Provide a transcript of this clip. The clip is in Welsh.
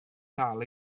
gael